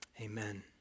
Amen